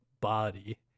body